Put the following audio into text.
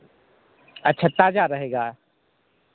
अच्छा ताज़ा रहेगा